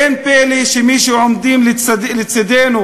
אין פלא שמי שעומדים לצדנו